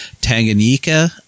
Tanganyika